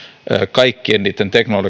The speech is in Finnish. kaikkien niitten teknologioiden